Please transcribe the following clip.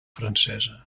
francesa